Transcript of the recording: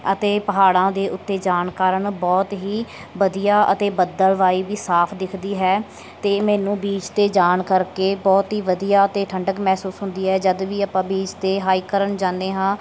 ਅਤੇ ਪਹਾੜਾਂ ਦੇ ਉੱਤੇ ਜਾਣ ਕਾਰਣ ਬਹੁਤ ਹੀ ਵਧੀਆ ਅਤੇ ਬੱਦਲਵਾਈ ਵੀ ਸਾਫ਼ ਦਿਖਦੀ ਹੈ ਅਤੇ ਮੈਨੂੰ ਬੀਚ 'ਤੇ ਜਾਣ ਕਰਕੇ ਬਹੁਤ ਹੀ ਵਧੀਆ ਅਤੇ ਠੰਡਕ ਮਹਿਸੂਸ ਹੁੰਦੀ ਹੈ ਜਦੋਂ ਵੀ ਆਪਾਂ ਬੀਚ 'ਤੇ ਹਾਈਕ ਕਰਨ ਜਾਂਦੇ ਹਾਂ